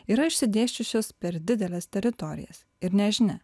yra išsidėsčiusios per dideles teritorijas ir nežinia